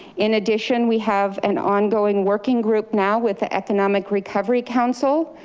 in addition, we have an ongoing working group now with the economic recovery council,